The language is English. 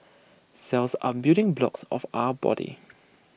cells are building blocks of our body